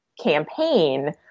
campaign